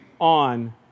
on